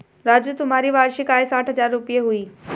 राजू तुम्हारी वार्षिक आय साठ हज़ार रूपय हुई